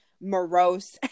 morose